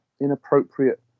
inappropriate